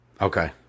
Okay